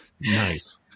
Nice